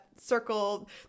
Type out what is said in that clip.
circle